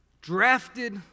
drafted